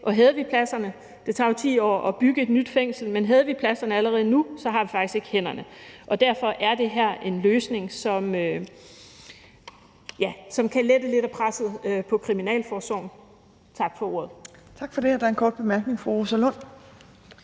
pladser på kort sigt. Det tager jo 10 år at bygge et nyt fængsel, men havde vi pladserne allerede nu, havde vi faktisk ikke hænderne. Derfor er det her en løsning, som kan lette lidt af presset på kriminalforsorgen. Tak for ordet. Kl. 12:25 Tredje næstformand